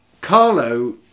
Carlo